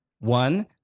One